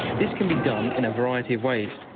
this can be done in a variety of ways.